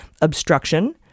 obstruction